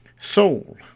soul